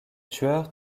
tueurs